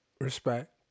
Respect